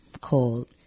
called